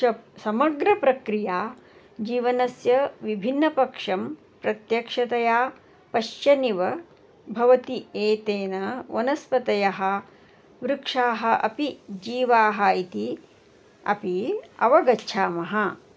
च समग्रप्रक्रिया जीवनस्य विभिन्नपक्षं प्रत्यक्षतया पश्श्यनिव भवति एतेन वनस्पतयः वृक्षाः अपि जीवाः इति अपि अवगच्छामः